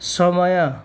समय